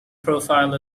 profile